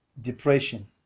depression